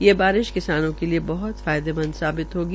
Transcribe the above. ये बारिश किसानों के लिये बहृत फायदेमंद साबित होगी